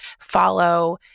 follow